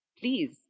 Please